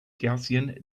gaussian